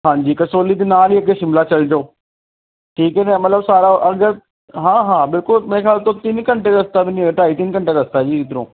ਹਾਂਜੀ ਕਸੋਲੀ ਦੇ ਨਾਲ ਹੀ ਅੱਗੇ ਸ਼ਿਮਲਾ ਚਲ ਜਾਓ ਠੀਕ ਹੈ ਮਤਲਬ ਸਾਰਾ ਅਗਰ ਹਾਂ ਹਾਂ ਬਿਲਕੁਲ ਮੇਰੇ ਖਿਆਲ ਤੋਂ ਤਿੰਨ ਘੰਟੇ ਦਾ ਰਸਤਾ ਵੀ ਨਹੀਂ ਹੈ ਢਾਈ ਤਿੰਨ ਘੰਟੇ ਰਸਤਾ ਜੀ ਇੱਧਰੋਂ